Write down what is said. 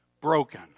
broken